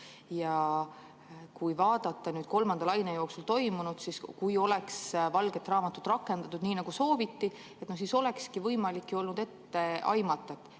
Kui vaadata kolmanda laine jooksul toimunut, siis kui oleks valget raamatut rakendatud, nii nagu sooviti, siis olekski võimalik olnud ette aimata,